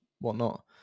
whatnot